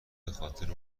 بخاطر